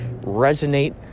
resonate